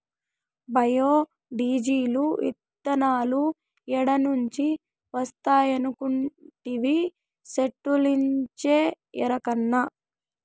bio diesel, ఇతనాలు ఏడ నుంచి వస్తాయనుకొంటివి, సెట్టుల్నుంచే ఎరకనా